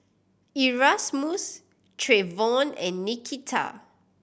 Erasmus Treyvon and Nikita